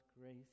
grace